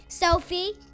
Sophie